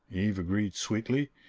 eve agreed sweetly.